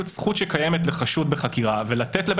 שזאת פשוט זכות שקיימת לחשוד בחקירה ולתת לבית